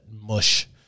mush